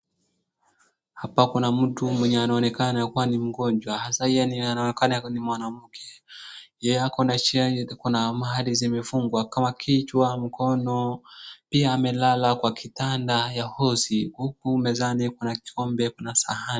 Hapa kuna mtu mwenye anaonekana kuwa ni mgonjwa. Hasa yeye anaonekana ni mwanamke. Yeye ako na shida, kuna mahali zimefungwa kama kichwa, mkono. pia amelala kwa kitanda ya hosi huku mezani kuna kikombe kuna sahani.